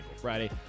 Friday